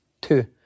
two